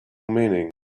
meaning